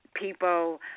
People